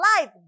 life